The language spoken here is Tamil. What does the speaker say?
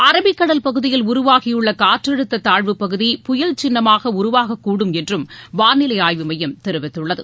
அரபிக் கடல் பகுதியில் உருவாகியுள்ள காற்றழுத்த தாழ்வுப் பகுதி புயல் சின்னமாக உருவாகக் கூடும் என்றும் வானிலை ஆய்வு மையம் தெரிவித்துள்ளது